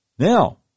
Now